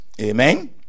Amen